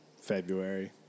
February